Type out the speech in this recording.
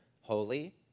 holy